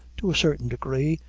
to a certain degree,